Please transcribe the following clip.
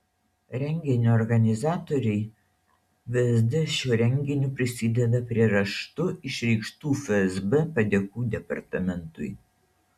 renginio organizatoriai vsd šiuo renginiu prisideda prie raštu išreikštų fsb padėkų departamentui